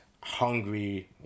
hungry